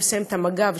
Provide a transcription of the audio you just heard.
אני מסיימת את מג"ב,